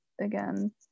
again